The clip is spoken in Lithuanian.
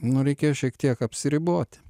nu reikėjo šiek tiek apsiriboti